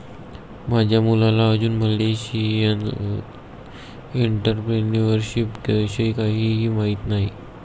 माझ्या मुलाला अजून मिलेनियल एंटरप्रेन्युअरशिप विषयी काहीही माहित नाही